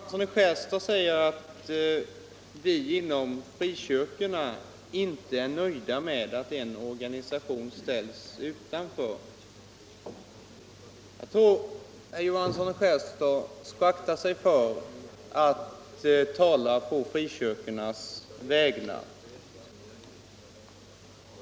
Herr talman! Herr Johansson i Skärstad säger att ”vi inom frikyrkorna är inte nöjda med att en organisation ställs utanför”. Jag tror att herr Johansson skall akta sig för att tala på frikyrkornas vägnar.